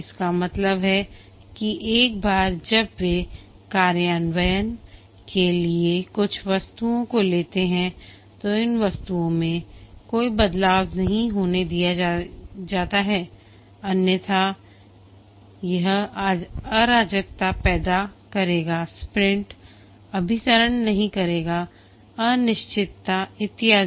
इसका मतलब है कि एक बार जब वे कार्यान्वयन के लिए कुछ वस्तुओं को लेते हैं तो इन वस्तुओं में कोई बदलाव नहीं होने दिया जाता है अन्यथा यह अराजकता पैदा करेगा स्प्रिंट अभिसरण नहीं करेगा अनिश्चितता इत्यादि